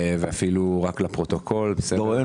אין